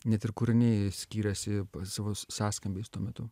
net ir kūriniai skiriasi savo sąskambiais tuo metu